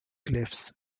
glyphs